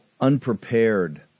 unprepared